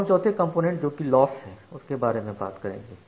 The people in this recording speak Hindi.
अब हम चौथे कंपोनेंट जोकि लॉस है उसके बारे में बात करेंगे